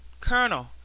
Colonel